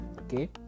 okay